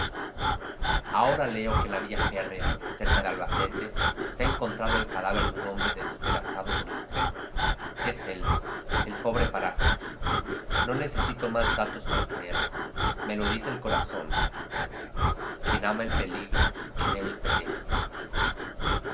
ahora leo que en la vía férrea cerca de albacete se ha encontrado el cadáver de un hombre despedazado por el tren es él el pobre parásito no necesito más datos para creerlo me lo dice el corazón quien ama el peligro en él perece